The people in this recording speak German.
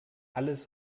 alles